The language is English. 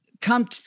come